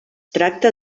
tracta